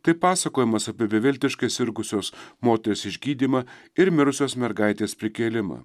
tai pasakojimas apie beviltiškai sirgusios moters išgydymą ir mirusios mergaitės prikėlimą